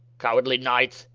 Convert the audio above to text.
cowardly knight,